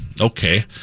okay